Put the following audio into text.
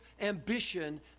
ambition